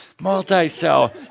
Multi-cell